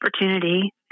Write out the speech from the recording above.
opportunity